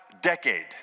decade